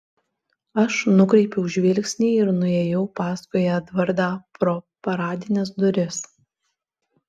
aš nukreipiau žvilgsnį ir nuėjau paskui edvardą pro paradines duris